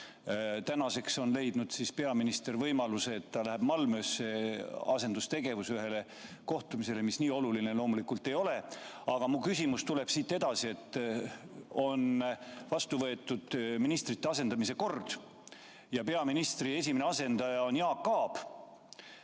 Tänaseks on leidnud peaminister võimaluse, et ta läheb Malmösse – asendustegevus – ühele kohtumisele, mis nii oluline loomulikult ei ole. Aga mu küsimus tuleb siit edasi. On vastu võetud ministrite asendamise kord, mille järgi peaministri esimene asendaja on Jaak Aab,